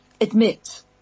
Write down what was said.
admit